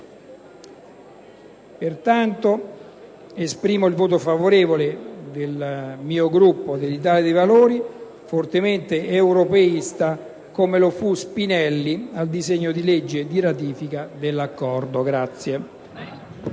Pertanto, esprimo il voto favorevole del Gruppo dell'Italia dei Valori - fortemente europeista come lo fu Spinelli - sul disegno di legge di ratifica dell'Accordo. Chiedo